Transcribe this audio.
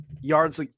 Yards